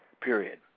period